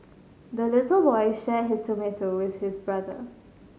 the little boy shared his tomato with his brother